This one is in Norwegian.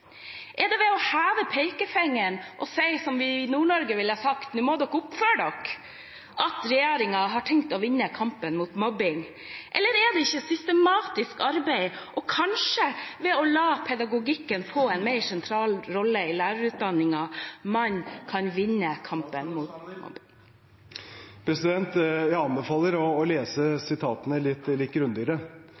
Er det ved å heve pekefingeren og si – som vi i Nord-Norge ville sagt – «no må dokk oppfør dokk», regjeringen har tenkt å vinne kampen mot mobbing, eller er det ved systematisk arbeid og kanskje ved å la pedagogikken få en mer sentral rolle i lærerutdanningen man kan vinne kampen mot mobbing? Jeg anbefaler å lese kildene litt grundigere.